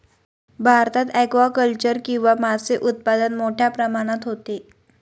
भारतात ॲक्वाकल्चर किंवा मासे उत्पादन मोठ्या प्रमाणात होते